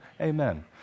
amen